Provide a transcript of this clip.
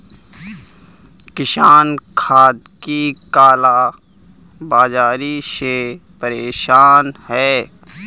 किसान खाद की काला बाज़ारी से परेशान है